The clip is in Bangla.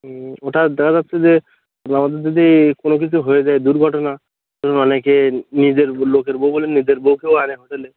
ওটা দেওয়া যাচ্ছে যে ধরুন যদি কোনো কিছু হয়ে যায় দুর্ঘটনা তো অনেকে নিজের লোকের বউ বলে নিজের বউকেও আনে হোটেলে